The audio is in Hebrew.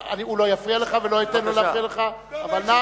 הוא לא יפריע לך ולא אתן לו להפריע לך, אבל נא,